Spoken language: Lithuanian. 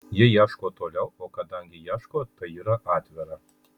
ji ieško toliau o kadangi ieško tai yra atvira